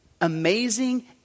amazing